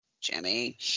Jimmy